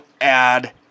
add